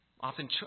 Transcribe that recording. often